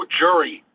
jury